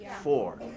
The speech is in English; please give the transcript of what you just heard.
Four